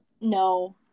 No